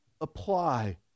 apply